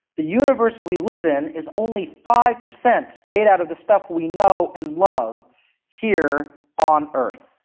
the universe we live in is only five percent made out of the stuff we know and love here on earth.